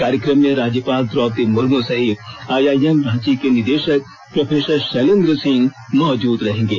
कार्यक्रम में राज्यपाल द्रौपदी मुर्मू सहित आइआइएम रांची के निदेषक प्रो शैलेन्द्र सिंह मौजूद रहेंगे